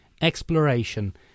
exploration